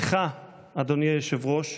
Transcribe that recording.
לך, אדוני היושב-ראש,